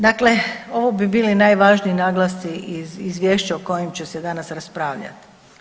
Dakle, ovo bi bili najvažniji naglasci iz Izvješća o kojem će se danas raspravljati.